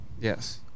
yes